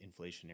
inflationary